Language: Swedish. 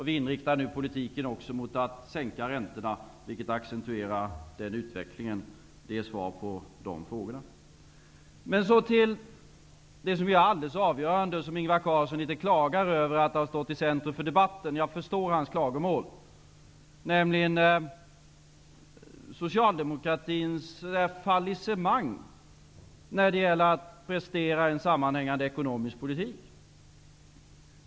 Vi inriktar nu politiken också mot att sänka räntorna, vilket accentuerar den utveckligen. Det är svaret på de ställda frågorna. Så vill jag tala om något som är alldeles avgörande och som har stått i centrum för debatten -- ett faktum som Ingvar Carlsson klagar över -- nämligen socialdemokratins fallissemang när det gäller att prestera en sammanhängande ekonomisk politik. Jag förstår hans klagomål.